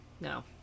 No